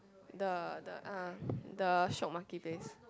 the the ah the Shiok-Maki place